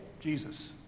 Jesus